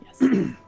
Yes